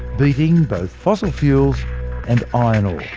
beating both fossil fuels and iron ore.